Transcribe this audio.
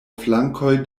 flankoj